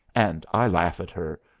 and i laugh at her.